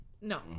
No